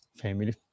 family